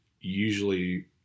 usually